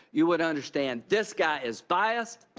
you would understand this guy is biased,